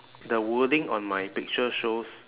the wording on my picture shows